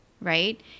right